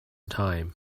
time